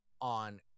on